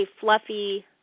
fluffy